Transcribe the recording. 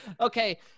Okay